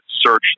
search